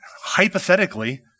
Hypothetically